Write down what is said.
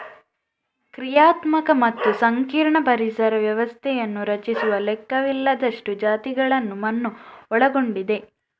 ಕ್ರಿಯಾತ್ಮಕ ಮತ್ತು ಸಂಕೀರ್ಣ ಪರಿಸರ ವ್ಯವಸ್ಥೆಯನ್ನು ರಚಿಸುವ ಲೆಕ್ಕವಿಲ್ಲದಷ್ಟು ಜಾತಿಗಳನ್ನು ಮಣ್ಣು ಒಳಗೊಂಡಿದೆ